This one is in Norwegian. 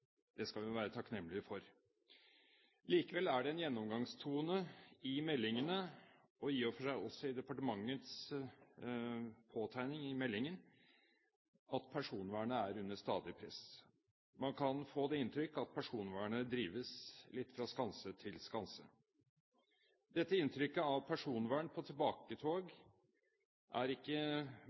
Det skal vi være takknemlige for. Likevel er det en gjennomgangstone i meldingene, og i og for seg også i departementets påtegning i meldingen, at personvernet er under stadig press. Man kan få det inntrykk at personvernet drives litt fra skanse til skanse. Dette inntrykket av personvern på tilbaketog er ikke